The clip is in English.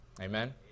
Amen